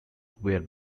were